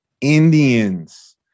Indians